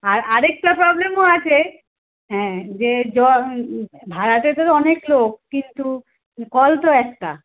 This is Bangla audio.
আর আরেকটা প্রব্লেমও আছে হ্যাঁ যে ভাড়াটেদেরও অনেক লোক কিন্তু কল তো একটা